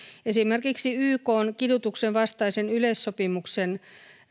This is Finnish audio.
esimerkiksi ykn kidutuksen vastaisen yleissopimuksen